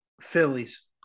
phillies